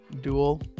dual